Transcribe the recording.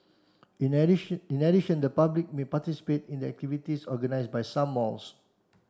in addition in addition the public may participate in the activities organised by some malls